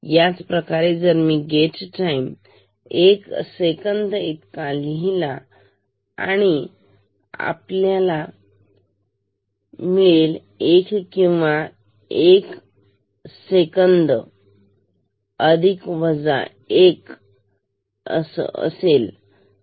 याचप्रमाणे जर मी गेट टाईम एक सेकंद इतका लिहिला तर आपल्याला मिळेल एक आणि एक सेकंद आहे अधिक वजा एक हर्ट्स